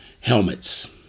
helmets